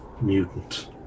mutant